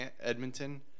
Edmonton